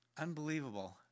unbelievable